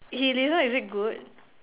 he dessert is it good